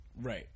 Right